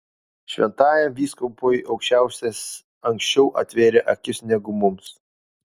šventajam vyskupui aukščiausias anksčiau atvėrė akis negu mums